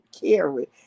carry